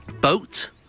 Boat